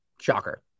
Shocker